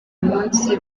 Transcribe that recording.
munsi